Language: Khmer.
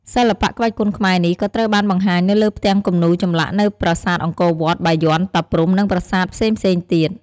សិល្បៈក្បាច់គុនខ្មែរនេះក៏ត្រូវបានបង្ហាញនៅលើផ្ទាំងគំនូរចម្លាក់នៅប្រាសាទអង្គរវត្ត បាយ័ន តាព្រហ្ម និងប្រាសាទផ្សេងៗទៀត។